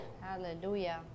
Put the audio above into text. Hallelujah